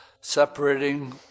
separating